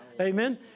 Amen